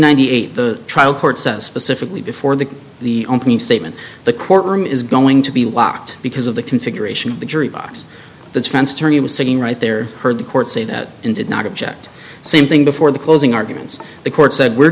ninety eight the trial court says specifically before that the opening statement the courtroom is going to be locked because of the configuration of the jury box the defense attorney was sitting right there heard the court say that and did not object same thing before the closing arguments the court said we're